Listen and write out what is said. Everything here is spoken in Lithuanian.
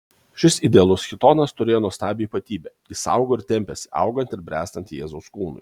šis idealus chitonas turėjo nuostabią ypatybę jis augo ir tempėsi augant ir bręstant jėzaus kūnui